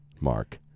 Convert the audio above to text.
Mark